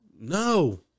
no